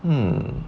um